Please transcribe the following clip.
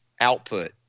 output